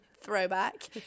throwback